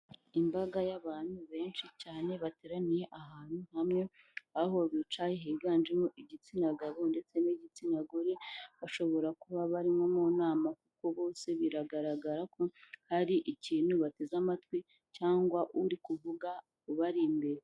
Imbaga y'abantu benshi cyane bateraniye ahantu hamwe aho bicaye higanjemo igitsina gabo ndetse n'igitsina gore bashobora kuba bari nko mu nama kuko bose biragaragara ko hari ikintu bateze amatwi cyangwa uri kuvuga ubari imbere.